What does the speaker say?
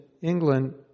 England